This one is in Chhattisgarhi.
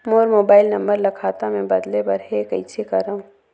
मोर मोबाइल नंबर ल खाता मे बदले बर हे कइसे करव?